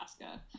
Alaska